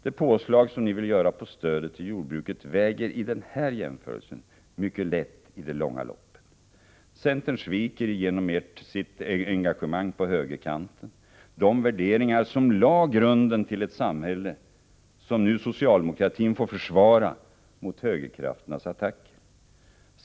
Det påslag som ni vill göra på stödet till jordbruket väger i den här jämförelsen mycket lätt i det långa loppet. Centern sviker genom sitt engagemang på högerkanten de värderingar som lade grunden till ett samhälle, som socialdemokratin nu får försvara mot högerkrafternas attack.